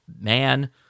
man